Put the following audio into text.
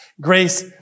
Grace